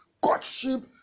courtship